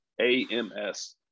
A-M-S